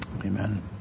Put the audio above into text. Amen